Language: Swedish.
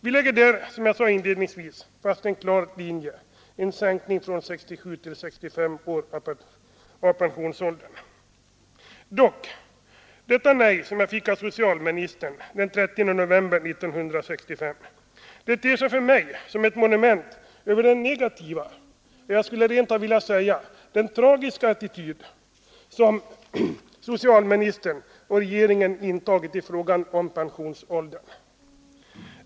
Vi lägger där, som jag sade inledningsvis, fast en klar linje — sänkning från 67 till 65 år av pensionsåldern. Dock, detta nej som jag fick av socialministern den 30 november 1965 ter sig för mig som ett monument över den negativa — ja, jag skulle rent av vilja säga den tragiska — attityd som socialministern och regeringen intagit i frågan om pensionsåldern.